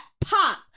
Pop